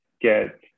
get